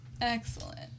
Excellent